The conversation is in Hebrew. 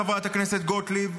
חברת הכנסת גוטליב,